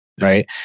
right